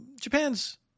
japan's